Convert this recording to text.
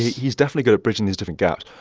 he's definitely good at bridging these different gaps.